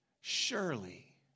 surely